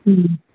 ம்